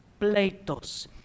pleitos